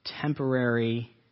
temporary